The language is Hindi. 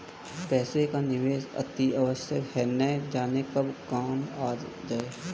पैसे का निवेश अतिआवश्यक है, न जाने कब काम आ जाए